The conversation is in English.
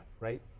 right